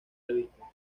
revistas